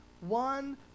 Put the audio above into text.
one